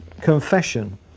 Confession